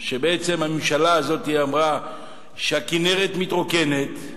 שבעצם הממשלה הזאת אמרה שהכינרת מתרוקנת,